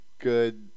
good